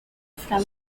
from